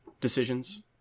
decisions